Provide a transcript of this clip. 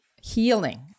healing